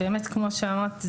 כמו שאמרת,